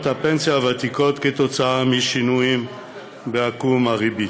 הפנסיה הוותיקות כתוצאה משינויים בעקום הריבית.